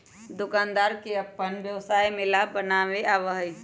दुकानदार के अपन व्यवसाय में लाभ बनावे आवा हई